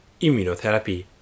immunotherapy